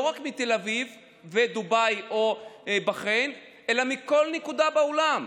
רק מתל אביב ודובאי או בחריין אלא מכל נקודה בעולם?